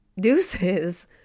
Deuces